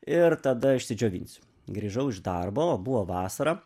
ir tada išsidžiovinsiu grįžau iš darbo buvo vasara